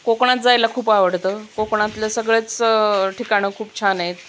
कोकणात जायला खूप आवडतं कोकणातले सगळेच ठिकाणं खूप छान आहेत